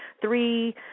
three